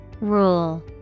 Rule